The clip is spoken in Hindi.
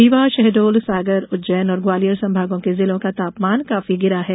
रीवा शहडोल सागर उज्जैन और ग्वालियर संभागों के जिलों का तापमान काफी गिरा है